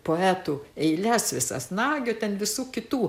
poetų eiles visas nagio ten visų kitų